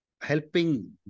helping